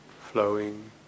flowing